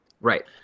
Right